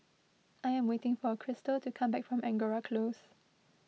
I am waiting for Cristal to come back from Angora Close